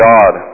God